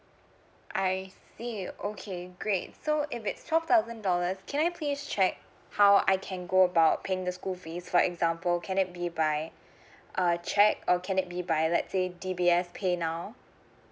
I see okay great so if it's twelve thousand dollars can I please check how I can go about paying the school fees for example can it be by a check or can it be by let say D_B_S paynow